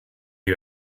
you